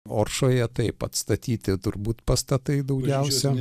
oršoje taip atstatyti turbūt pastatai daugiausia